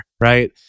right